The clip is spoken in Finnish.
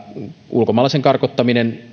ulkomaalaisen karkottaminen